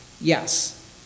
Yes